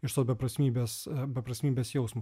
iš to beprasmybės beprasmybės jausmo